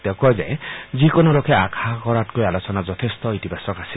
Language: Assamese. তেওঁ কয় যে যিকোনো লোকে ভাবিব আশা কৰাতকৈ আলোচনা যথেষ্ট ইতিবাচক আছিল